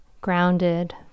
grounded